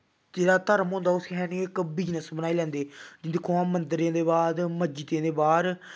जेह्ड़ा धर्म होंदे उसी इक बिजनस बनाई लैंदे जियां दिक्खो हां मन्दरें दे बाह्र मस्जिदें दे बाह्र